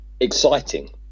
Exciting